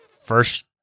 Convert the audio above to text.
first